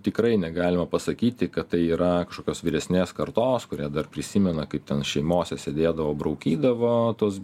tikrai negalima pasakyti kad tai yra kažkokios vyresnės kartos kurie dar prisimena kaip ten šeimose sėdėdavo braukydavo tuos